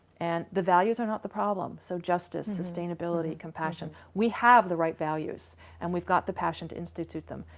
and the values are not the problem, so justice, sustainability, compassion. we have the right values and we've got the passion to institute them.